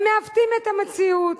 ומעוותים את המציאות.